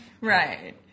Right